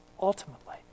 ultimately